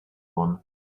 one